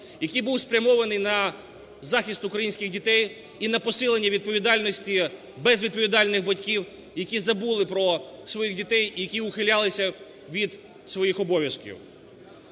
який був спрямований на захист українських дітей і на посилення відповідальності безвідповідальних батьків, які забули про своїх дітей, які ухилялись від своїх обов'язків.